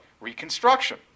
Reconstruction